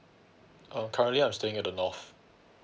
um currently I'm staying at the north